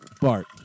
Bart